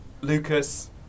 Lucas